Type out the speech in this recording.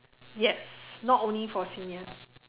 yes not only for seniors